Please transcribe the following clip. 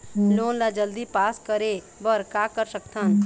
Loan ला जल्दी pass करे बर का कर सकथन?